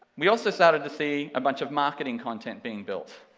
we also started to see a bunch of marketing content being built,